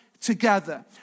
together